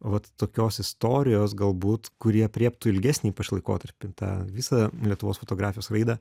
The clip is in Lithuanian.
vat tokios istorijos galbūt kuri aprėptų ilgesnį laikotarpį tą visą lietuvos fotografijos raidą